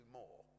more